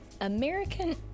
American